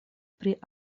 pri